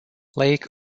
lake